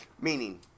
meaning